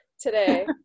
today